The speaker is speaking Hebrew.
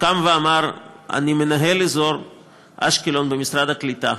קם ואמר: אני מנהל אזור אשקלון במשרד הקליטה.